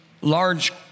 large